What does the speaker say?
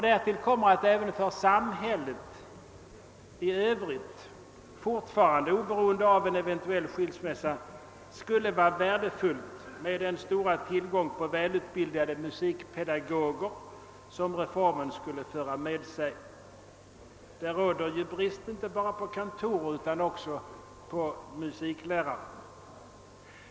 Därtill kommer att det även för samhället i övrigt, fortfarande oberoende av en eventuell skilsmässa kyrka— stat, skulle vara värdefullt med den stora tillgång på välutbildade musikpedagoger som reformen för med sig. Det råder för närvarande brist på inte bara kantorer utan också musiklärare.